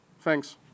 Thanks